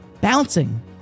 bouncing